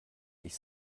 ich